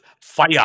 fire